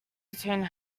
between